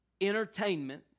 entertainment